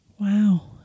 Wow